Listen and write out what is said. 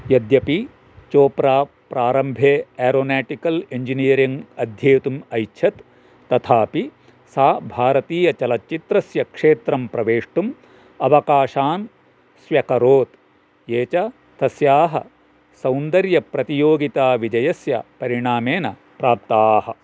यद्यपि चोप्रा प्रारम्भे aeronautical engineering अध्येतुम् ऐच्छत् तथापि सा भारतीयचलचित्रस्य क्षेत्रं प्रवेष्टुम् अवकाशान् स्व्यकरोत् ये च तस्याः सौन्दर्यप्रतियोगिता विजयस्य परिणामेन प्राप्ताः